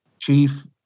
chief